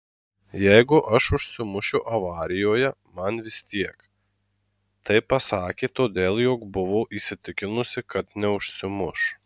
jeigu aš užsimušiu avarijoje man vis tiek tai pasakė todėl jog buvo įsitikinusi kad neužsimuš